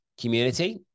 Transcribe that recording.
community